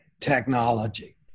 technology